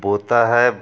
बोता है